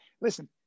listen